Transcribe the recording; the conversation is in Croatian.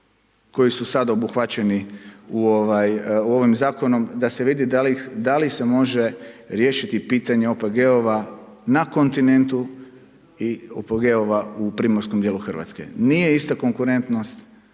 koji su sada obuhvaćeni ovim zakonom, da se vidi da li se može riješiti pitanje OPG-ova na kontinentu i OPG-ova u primorskom dijelu Hrvatske. Nije ista konkurentnost